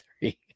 three